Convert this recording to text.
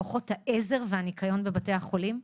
כוחות העזר והניקיון בבתי החולים,